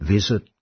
Visit